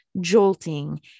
jolting